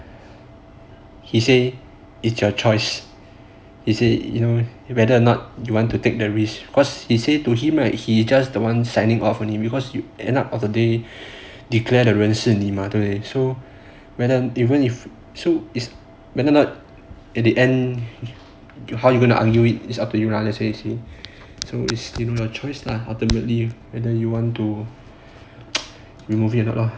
he say it's your choice he say you know whether or not you want to take the risk cause he say to him right he just the one signing off only because end up of the day declare 的人是你 mah 对不对 so whether or not in the end how you gonna argue it is up to you lah he say so it's your choice lah ultimately whether you want to remove lah